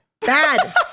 Bad